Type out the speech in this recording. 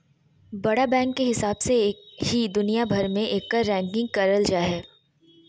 बड़ा बैंक के हिसाब से ही दुनिया भर मे एकर रैंकिंग करल जा हय